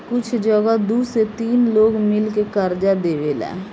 कुछ जगह दू से तीन लोग मिल के कर्जा देवेला